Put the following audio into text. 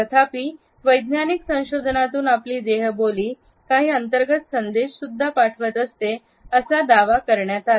तथापि वैज्ञानिक संशोधनातून आपली देहबोली काही अंतर्गत संदेश सुद्धा पाठवत असते असा दावा करण्यात आला